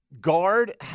Guard